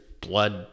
blood